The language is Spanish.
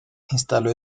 instaló